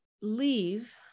leave